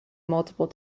multiple